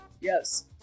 Yes